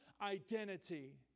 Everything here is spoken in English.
identity